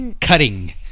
cutting